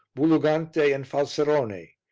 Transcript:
bulugante and falserone,